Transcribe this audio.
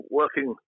working